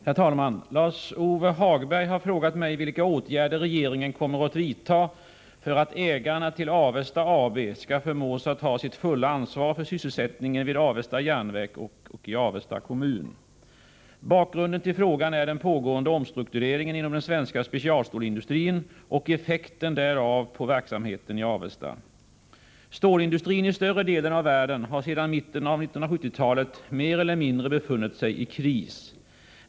Herr talman! Lars-Ove Hagberg har frågat mig vilka åtgärder regeringen kommer att vidta för att ägarna till Avesta AB skall förmås att ta sitt fulla ansvar för sysselsättningen vid Avesta järnverk och i Avesta kommun. Bakgrunden till frågan är den pågående omstruktureringen inom den svenska specialstålsindustrin och effekten därav på verksamheten i Avesta. Stålindustrin i större delen av världen har sedan mitten på 1970-talet mer eller mindre befunnit sig i kris.